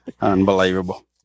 Unbelievable